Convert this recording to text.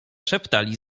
szeptali